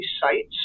sites